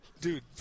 Dude